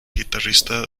guitarrista